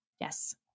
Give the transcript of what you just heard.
Yes